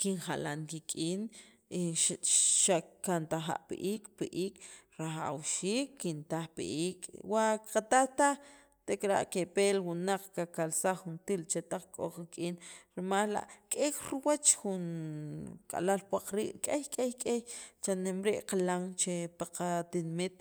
kinjalan kik'in y xa xakintaja' pi iik' pi iik' rajawxiik kintaj pi iik' wa qataj taj tek'ara' kepe li wunaq kakalsaj juntir li chetaq k'o qak'in rimal k'ey riwach jun k'alal puwaq rii' k'ey k'ey cha'neem rii' qaqilan che pi qatinimit.